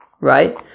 right